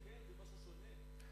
זה משהו שונה?